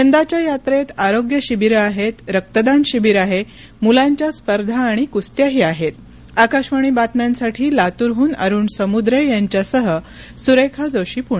यंदाच्या यात्रेत आरोग्य शिबीर आहेत रक्तदान शिबिर आहे मुलांच्या स्पर्धा आणि कुस्त्याही आहेतआकाशवाणी बातम्यांसाठी लातूरहून अरुण समुद्रेयांच्यासह सुरेखा जोशी पुणे